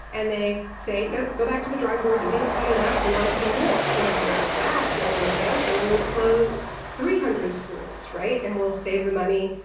and they say no, go back to the drawing board, you didn't cut enough, we want to see more. you know so they go back and they say, okay, so we'll close three hundred schools, right? and we'll save the money,